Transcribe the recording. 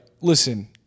Listen